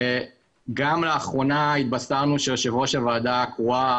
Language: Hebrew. לאחרונה התבשרנו שיושב ראש הוועדה הקרואה,